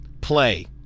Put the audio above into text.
Play